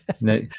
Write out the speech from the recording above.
No